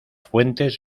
fuentes